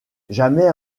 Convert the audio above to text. jamais